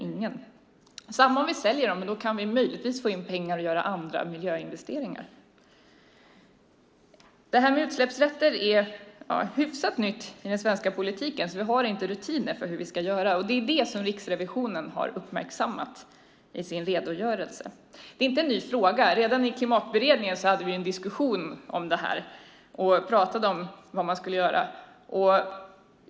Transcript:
Samma sak är det om vi säljer dem, men då kan vi möjligtvis få in pengar till att göra andra miljöinvesteringar. Det här med utsläppsrätter är hyfsat nytt i den svenska politiken, så vi har inte rutiner för hur vi ska göra. Det är det som Riksrevisionen har uppmärksammat i sin redogörelse. Det är inte en ny fråga. Redan i Klimatberedningen hade vi en diskussion om vad man skulle göra.